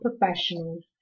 professionals